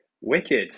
Wicked